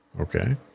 okay